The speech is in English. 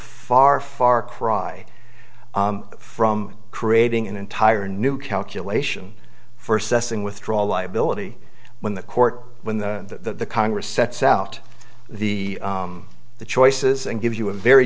far far cry from creating an entire new calculation for assessing withdraw liability when the court when the congress sets out the the choices and gives you a very